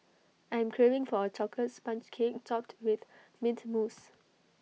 I'm craving for A Chocolate Sponge Cake Topped with Mint Mousse